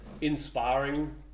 inspiring